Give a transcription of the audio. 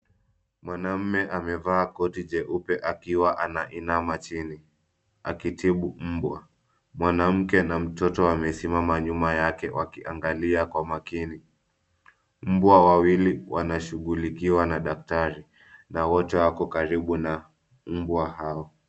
Mwanaume amevaa koti jeupe akiwa anainama chini akitibu mbwa. Mwanamke na mtoto wamesimama nyuma yake wakiangalia kwa makini. Mbwa wawili wanashughulikiwa na daktari na wote wako karibu na mbwa hao.